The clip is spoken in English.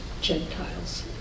Gentiles